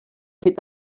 fet